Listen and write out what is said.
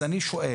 אז אני שואל